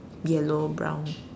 yellow brown